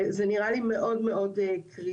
זה נראה לי מאוד מאוד קריטי.